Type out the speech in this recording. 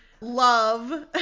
love